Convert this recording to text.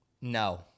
No